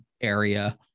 area